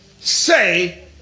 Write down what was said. Say